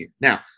Now